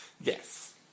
Yes